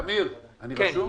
טמיר, אני רשום?